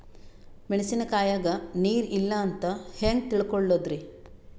ಮೆಣಸಿನಕಾಯಗ ನೀರ್ ಇಲ್ಲ ಅಂತ ಹೆಂಗ್ ತಿಳಕೋಳದರಿ?